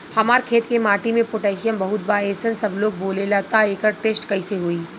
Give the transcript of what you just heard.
हमार खेत के माटी मे पोटासियम बहुत बा ऐसन सबलोग बोलेला त एकर टेस्ट कैसे होई?